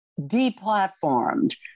deplatformed